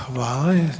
Hvala.